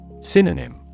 Synonym